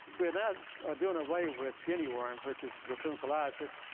we're now doing away with guinea worm, which is dracunculiasis.